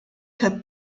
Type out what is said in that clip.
cup